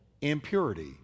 impurity